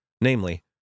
Namely